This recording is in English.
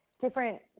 different